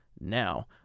now